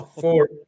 four